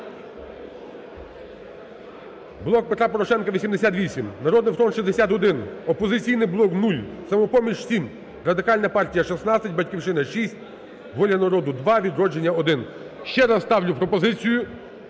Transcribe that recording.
"Блок Петра Порошенка" – 88, "Народний фронт" – 61, "Опозиційний блок" – 0, "Самопоміч" – 7, Радикальна партія – 16, "Батьківщина" – 6, "Воля народу" – 2, "Відродження" – 1. Ще раз ставлю пропозицію